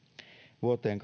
vuoteen